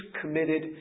committed